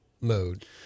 mode